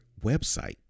website